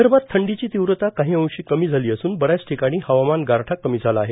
विदर्भात थंडीची तिव्रता काही अंशी कमी झाली असून बऱ्याच ठिकाणी हवामान गारठा कमी झाला आहे